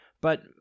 But-